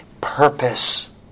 purpose